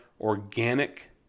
organic